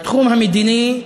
בתחום המדיני,